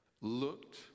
looked